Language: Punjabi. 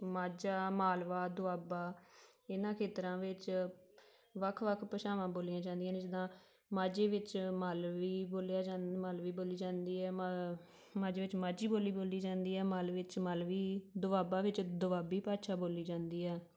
ਮਾਝਾ ਮਾਲਵਾ ਦੁਆਬਾ ਇਹਨਾਂ ਖੇਤਰਾਂ ਵਿੱਚ ਵੱਖ ਵੱਖ ਭਾਸ਼ਾਵਾਂ ਬੋਲੀਆਂ ਜਾਂਦੀਆਂ ਨੇ ਜਿੱਦਾਂ ਮਾਝੇ ਵਿੱਚ ਮਾਲਵੀ ਬੋਲਿਆ ਜਾਂਦਾ ਮਾਲਵੀ ਬੋਲੀ ਜਾਂਦੀ ਹੈ ਮ ਮਾਝੇ ਵਿੱਚ ਮਾਝੀ ਬੋਲੀ ਬੋਲੀ ਜਾਂਦੀ ਆ ਮਾਲਵੇ 'ਚ ਮਾਲਵੀ ਦੁਆਬਾ ਵਿੱਚ ਦੁਆਬੀ ਭਾਸ਼ਾ ਬੋਲੀ ਜਾਂਦੀ ਆ